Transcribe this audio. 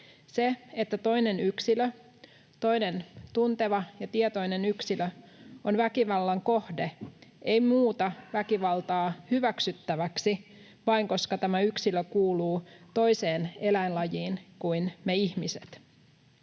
Se, että toinen yksilö, toinen tunteva ja tietoinen yksilö, on väkivallan kohde, ei muuta väkivaltaa hyväksyttäväksi, vain koska tämä yksilö kuuluu toiseen eläinlajiin kuin me ihmiset.